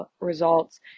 results